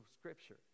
Scripture